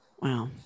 wow